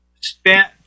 spent